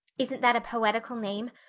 isn't that a poetical name?